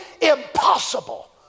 impossible